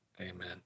amen